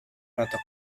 protocol